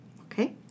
Okay